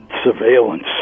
surveillance